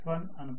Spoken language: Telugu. సరేనా